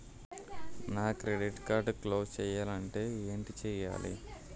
నా credit card close చేయాలంటే ఏంటి చేయాలి?